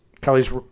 Kelly's